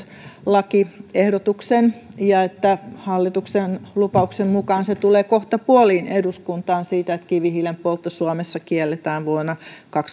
lakiehdotuksen joka hallituksen lupauksen mukaan tulee kohtapuoliin eduskuntaan siitä että kivihiilen poltto suomessa kielletään